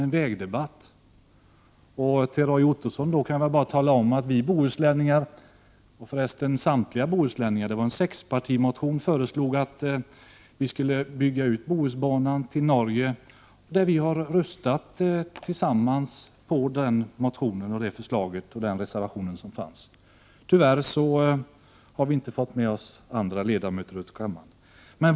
För Roy Ottosson kan jag tala om att samtliga bohuslänningar här i riksdagen har i en sexpartimotion föreslagit att Bohusbanan skall byggas ut till Norge. I dag har vi tillsammans röstat på förslaget i den motionen, dvs. på den reservation som fanns om detta. Tyvärr har vi inte fått med oss andra ledamöter av kammaren.